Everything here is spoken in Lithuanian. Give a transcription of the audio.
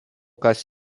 kas